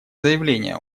заявление